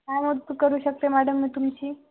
काय मदत करू शकते मॅडम मी तुमची